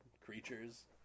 creatures